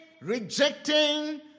rejecting